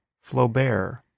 Flaubert